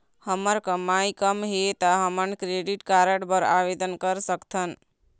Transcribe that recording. हमर कमाई कम हे ता हमन क्रेडिट कारड बर आवेदन कर सकथन?